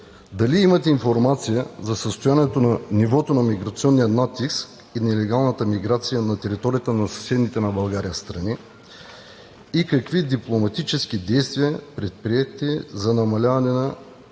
дали имате информация за състоянието на нивото на миграционния натиск и нелегалната миграция на територията на съседните на България страни и какви дипломатически действия предприехте за намаляване на